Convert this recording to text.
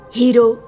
hero